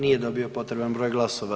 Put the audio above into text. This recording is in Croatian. Nije dobio potreban broj glasova.